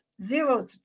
Zero